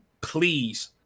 please